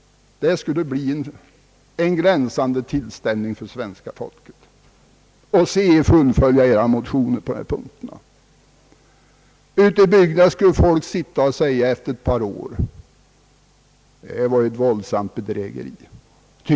Det skulle bli en glänsande tillställning för svenska folket att se er fullfölja edra motioner på dessa punkter. Ute i bygderna skulle folk efter ett par år sitta och säga: Det var ett våldsamt bedrägeri!